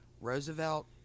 Roosevelt